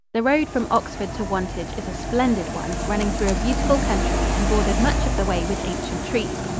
the road from oxford to wantage is a splendid one, running through a beautiful country and bordered much of the way with ancient trees.